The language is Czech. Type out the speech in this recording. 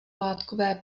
látkové